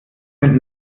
mit